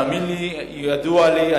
תאמין לי שידוע לי.